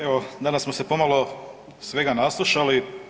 Evo danas smo se pomalo svega naslušali.